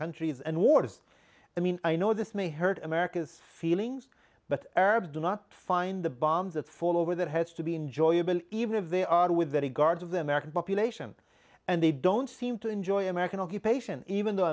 countries and wars i mean i know this may hurt america's feelings but arabs do not find the bombs that fall over that has to be enjoyable even if they are with regard to the american population and they don't seem to enjoy american occupation even th